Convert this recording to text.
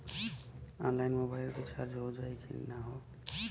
Online mobile recharge हो जाई की ना हो?